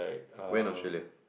went Australia